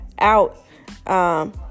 out